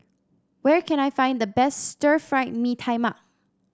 where can I find the best Stir Fried Mee Tai Mak